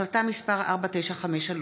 החלטה מס' 4953,